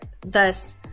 thus